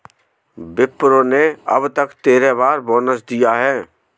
विप्रो ने अब तक तेरह बार बोनस दिया है